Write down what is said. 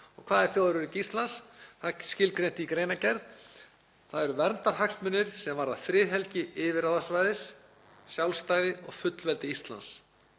Hvað er þjóðaröryggi Íslands? Það er skilgreint í greinargerð. Það eru verndarhagsmunir sem varða friðhelgi yfirráðasvæðis, sjálfstæði og fullveldi Íslands